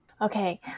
Okay